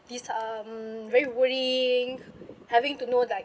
these um very worrying having to know that